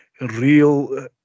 real